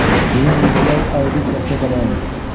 Bhim UPI ID कैसे बनाएं?